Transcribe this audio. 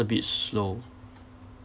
abit slow